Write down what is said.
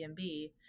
Airbnb